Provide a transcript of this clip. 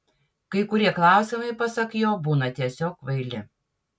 kai kurie klausimai pasak jo būna tiesiog kvaili